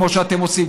כמו שאתם עושים.